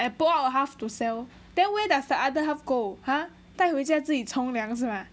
and pour out half to sell then where does the other half go !huh! 带回家自己冲凉是吗